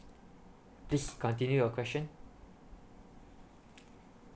please continue your question